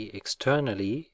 externally